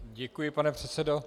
Děkuji, pane předsedo.